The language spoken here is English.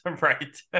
right